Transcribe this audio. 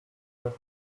have